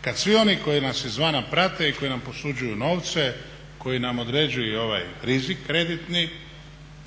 kad svi oni koji nas izvana prate i koji nam posuđuju novce, koji nam određuju i ovaj rizik kreditni